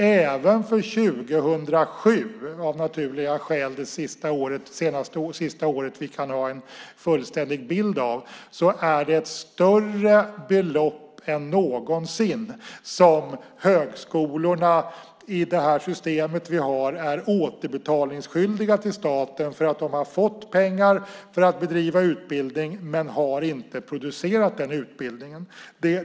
Även för 2007, av naturliga skäl det sista året vi kan ha en fullständig bild av, är det ett större belopp än någonsin som högskolorna i det system vi har är återbetalningsskyldiga till staten för att de har fått pengar för att bedriva utbildning men inte har producerat den utbildningen.